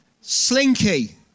Slinky